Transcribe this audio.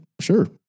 sure